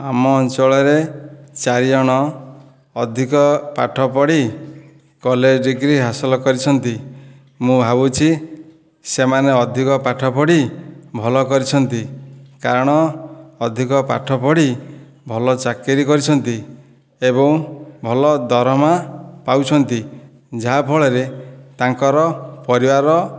ଆମ ଅଞ୍ଚଳରେ ଚାରିଜଣ ଅଧିକ ପାଠ ପଢ଼ି କଲେଜ ଡିଗ୍ରୀ ହାସଲ କରିଛନ୍ତି ମୁଁ ଭାବୁଛି ସେମାନେ ଅଧିକ ପାଠ ପଢ଼ି ଭଲ କରିଛନ୍ତି କାରଣ ଅଧିକ ପାଠ ପଢ଼ି ଭଲ ଚାକିରି କରିଛନ୍ତି ଏବେଂ ଭଲ ଦରମା ପାଉଛନ୍ତି ଯାହା ଫଳରେ ତାଙ୍କର ପରିବାର